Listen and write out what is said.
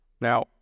Now